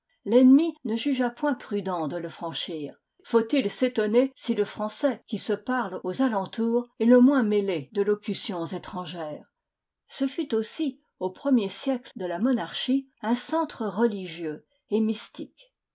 l'ennemi ne jugea point prudent de le franchir faut-il s'étonner si le français qui se parle aux alentours est le moins mêlé de locutions étrangères ce fut aussi aux premiers siècles de la monarchie un centre religieux et mystique